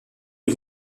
aux